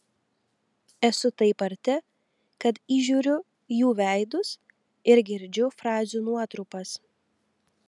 esu taip arti kad įžiūriu jų veidus ir girdžiu frazių nuotrupas